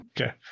Okay